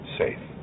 safe